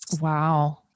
Wow